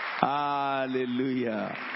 Hallelujah